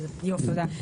תודה.